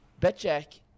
Betjack